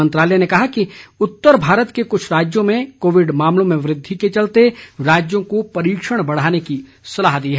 मंत्रालय ने कहा कि उत्तर भारत के कुछ राज्यों में कोविड मामलों में वृद्धि के चलते राज्यों को परीक्षण बढ़ाने की सलाह दी है